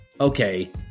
Okay